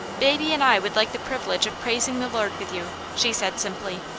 baby and i would like the privilege of praising the lord with you, she said simply,